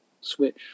switch